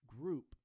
group